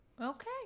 Okay